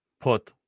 put